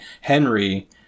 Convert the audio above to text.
Henry